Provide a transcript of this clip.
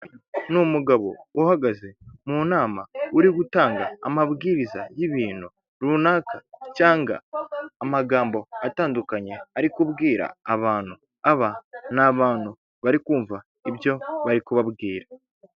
Ni umugabo uhagaze mu nama, uri gutanga amabwiriza y'ibintu runaka, cyangwa amagambo atandukanye ari ubwira abantu. Aba ni abantu bari kumva ibyo bari kubabwira.